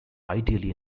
ideally